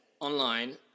online